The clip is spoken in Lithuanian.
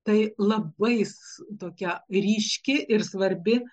tai labai tokia ryški ir svarbi